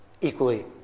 equally